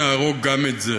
נהרוג גם את זה".